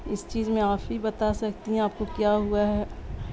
اس چیز میں آپ ہی بتا سکتی ہیں آپ کو کیا ہوا ہے